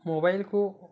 ମୋବାଇଲକୁ